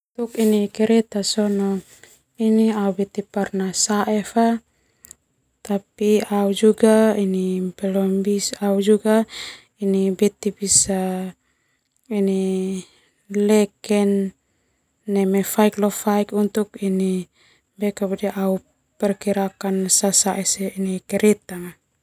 Kereta sona au be'i pernah sae fa au beti bisa leken neme faik lo faik untuk au perkirakan sasae kereta.